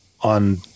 on